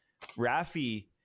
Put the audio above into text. Rafi